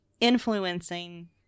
influencing